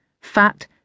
fat